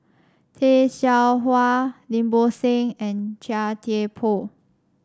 Tay Seow Huah Lim Bo Seng and Chia Thye Poh